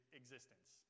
existence